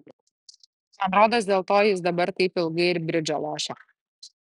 man rodos dėl to jis dabar taip ilgai ir bridžą lošia